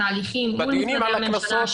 התהליכים מול משרדי הממשלה,